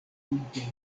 punktoj